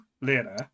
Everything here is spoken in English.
later